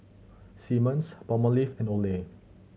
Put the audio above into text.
Simmons Palmolive and Olay